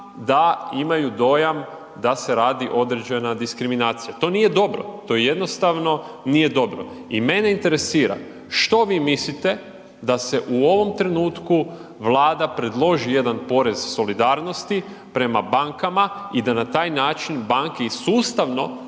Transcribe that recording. da imaju dojam da se radi određena diskriminacija, to nije dobro, to jednostavno nije dobro. I mene interesira što vi mislite da se u ovom trenutku Vlada predloži jedan porez solidarnosti prema bankama i da na taj način banke i sustavno